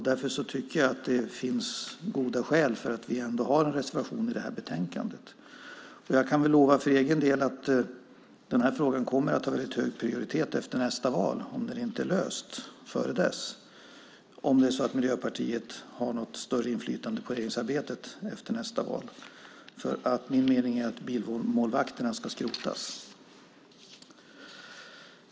Därför tycker jag att det finns goda skäl för att vi ändå har en reservation i det här betänkandet. Jag kan för egen del lova att den här frågan kommer att ha hög prioritet efter nästa val, om den inte är löst innan dess, om Miljöpartiet har något större inflytande på regeringsarbetet efter nästa val. Min mening är att bilmålvakterna ska skrotas.